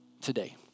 today